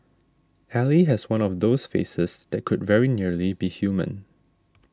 ally has one of those faces that could very nearly be human